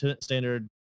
standard